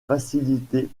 facilitée